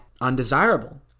undesirable